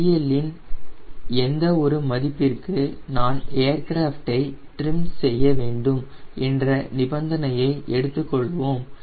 CL இன் எந்த ஒரு மதிப்பிற்கு நான் ஏர்கிராஃப்டை ட்ரிம் செய்ய வேண்டும் என்ற நிபந்தனையை எடுத்துக் கொள்வோம்